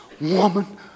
woman